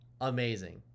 amazing